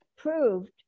proved